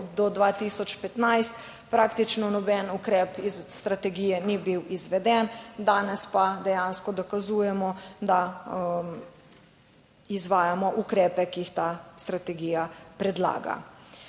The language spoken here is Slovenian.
do 2015, praktično noben ukrep iz strategije ni bil izveden, danes pa dejansko dokazujemo, da izvajamo ukrepe, ki jih ta strategija predlaga.